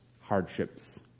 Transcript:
hardships